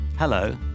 Hello